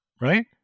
Right